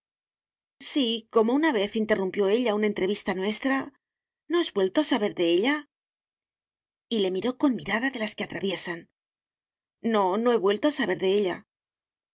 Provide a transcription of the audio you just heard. sí como una vez interrumpió ella una entrevista nuestra no has vuelto a saber de ella y le miró con mirada de las que atraviesan no no he vuelto a saber de ella